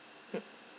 mm